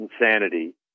insanity